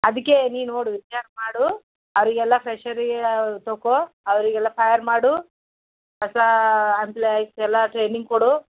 ಅದಕ್ಕೆ ನೀನು ನೋಡು ವಿಚಾರ ಮಾಡು ಅವರಿಗೆಲ್ಲ ಫ್ರೆಶರಿ ತಗೋ ಅವರಿಗೆಲ್ಲ ಫೈಯರ್ ಮಾಡು ಹೊಸ ಎಂಪ್ಲಾಯಿಸ್ಗೆಲ್ಲ ಟ್ರೈನಿಂಗ್ ಕೊಡು